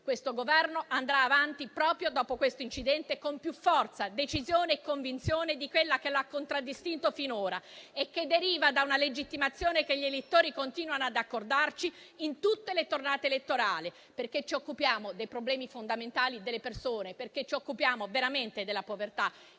questo Governo andrà avanti, proprio dopo questo incidente, con più forza, decisione e convinzione di quelle che l'hanno contraddistinto finora e che derivano da una legittimazione che gli elettori continuano ad accordarci in tutte le tornate elettorali, perché ci occupiamo dei problemi fondamentali delle persone, ci occupiamo veramente della povertà